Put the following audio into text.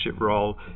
role